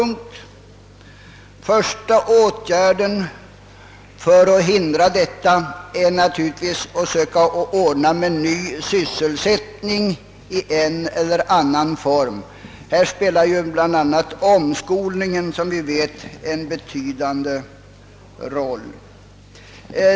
Den första åtgärden för att hindra detta är naturligtvis att söka ordna ny sysselsättning i en eller annan form. Här spelar, som vi vet, bl.a. omskolningen en betydande roll.